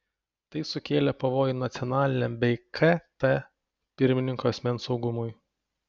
tai sukėlė pavojų nacionaliniam bei kt pirmininko asmens saugumui